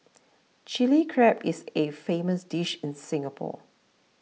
Chilli Crab is a famous dish in Singapore